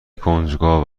کنجکاو